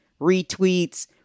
retweets